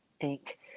ink